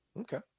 Okay